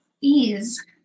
ease